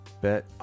bet